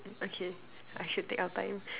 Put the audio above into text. okay I should take our time